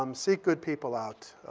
um seek good people out.